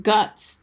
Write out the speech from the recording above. Guts